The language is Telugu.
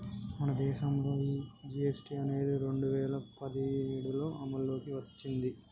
మన దేసంలో ఈ జీ.ఎస్.టి అనేది రెండు వేల పదిఏడులో అమల్లోకి ఓచ్చింది